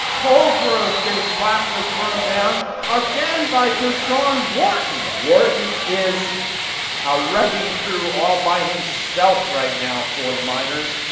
olgrove getting violently thrown down again by tershawn wharton. wharton is a wrecking crew all by himself right now for the miners.